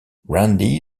randy